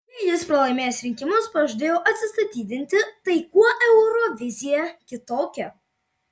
jei jis pralaimėjęs rinkimus pažadėjo atsistatydinti tai kuo eurovizija kitokia